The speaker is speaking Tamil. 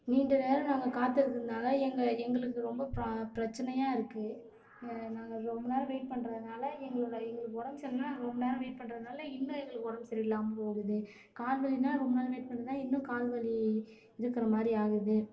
நீண்ட நேரம் நாங்கள் காத்திருக்கிறதுனால எங்க எங்களுக்கு ரொம்ப பா பிரச்சனையாருக்குது நாங்கள் ரொம்ப நேரம் வெயிட் பண்ணுறதுனால எங்களோட எங்களுக்கு உடம்பு சரியில்லைனா நாங்கள் ரொம்ப நேரம் வெயிட் பண்ணுறதுனால இன்னும் எங்களுக்கு உடம்பு சரியில்லாமல் போகுது கால் வலினா ரொம்ப நேரம் வெயிட் பண்ணிகிட்ருந்தா இன்னும் கால் வலி இருக்கிற மாதிரி ஆகுது